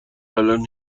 الان